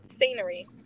scenery